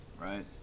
Right